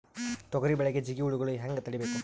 ತೊಗರಿ ಬೆಳೆಗೆ ಜಿಗಿ ಹುಳುಗಳು ಹ್ಯಾಂಗ್ ತಡೀಬೇಕು?